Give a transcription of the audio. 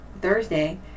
Thursday